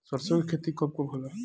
सरसों के खेती कब कब होला?